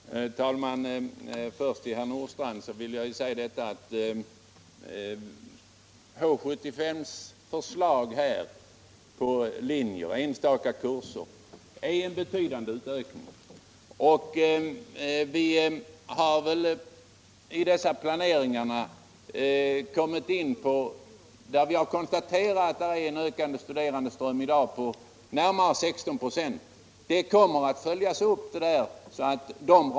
Herr talman! Till herr Nordstrandh vill jag säga att H 75:s förslag till linjer och enstaka kurser innebär en betydande utökning. I samband med dessa planeringar har vi kunnat konstatera en ökning av antalet studerande i vissa sammanhang med närmare 16 96.